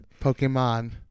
Pokemon